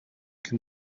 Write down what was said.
can